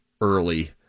early